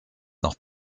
noch